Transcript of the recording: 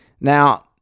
now